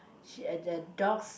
she has uh dogs